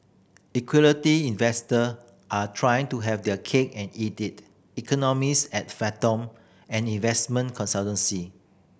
equity investor are trying to have their cake and eat it economist at Fathom an investment consultancy